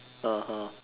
(uh huh)